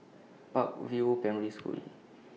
Park View Primary School